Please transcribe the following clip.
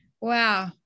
wow